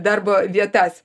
darbo vietas